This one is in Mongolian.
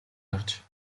харж